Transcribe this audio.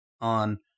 on